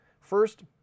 First